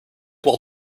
while